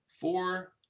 four